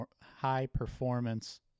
high-performance